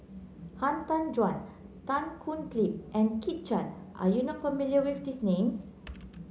Han Tan Juan Tan Thoon Lip and Kit Chan are you not familiar with these names